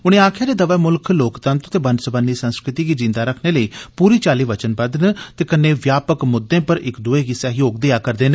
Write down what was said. उनें आक्खेआ जे दवै मुल्ख लोकतंत्र ते बनसब्बनी संस्कृति गी जीन्दा रखने लेई पूरी चाल्ली वचनबद्द न ते कन्नै व्यापक मुद्दे पर इक दुए गी सहयोग देआ करदे न